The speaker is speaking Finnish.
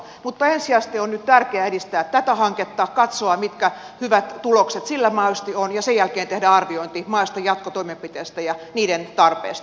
mutta ensisijaisesti on nyt tärkeä edistää tätä hanketta katsoa mitkä hyvät tulokset sillä mahdollisesti on ja sen jälkeen tehdä arviointi mahdollisista jatkotoimenpiteistä ja niiden tarpeesta